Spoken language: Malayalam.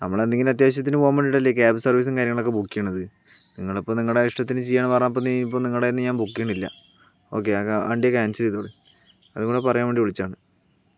നമ്മളെന്തെങ്കിലും അത്യാവശ്യത്തിന് പോവാൻ വേണ്ടിട്ടല്ലേ ക്യാബും സർവീസും കാര്യങ്ങളൊക്കെ ബുക്ക് ചെയ്യണത് നിങ്ങളപ്പം നിങ്ങളെ ഇഷ്ടത്തിന് ചെയ്യാണ് പറഞ്ഞാൽ ഇപ്പോൾ ഞാൻ നിങ്ങളെടുത്തു നിന്ന് ബുക്ക് ചെയ്യുന്നില്ല ഒക്കെ വണ്ടി ക്യാൻസൽ ചെയ്തോ അതും കൂടെ പറയാൻ വേണ്ടി വിളിച്ചതാണ്